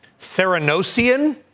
Theranosian